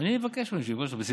אני אבקש בשמך, בשמחה רבה.